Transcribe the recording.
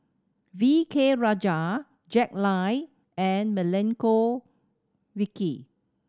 V K Rajah Jack Lai and Milenko Prvacki